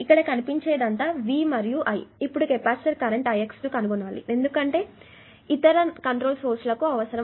ఇక్కడ కనిపించేదంతా V మరియు I ఇప్పుడు కెపాసిటర్ కరెంట్ Ix ని కనుగొనాలి ఎందుకంటే ఇక్కడ ఇతర కంట్రోల్ సోర్స్ లకు అవసరం